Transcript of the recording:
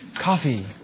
coffee